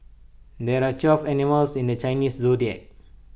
there are twelve animals in the Chinese Zodiac